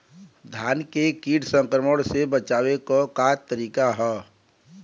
धान के कीट संक्रमण से बचावे क का तरीका ह?